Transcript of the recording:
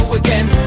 again